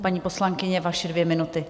Paní poslankyně, vaše dvě minuty.